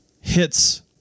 hits